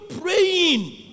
praying